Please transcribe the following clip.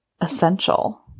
essential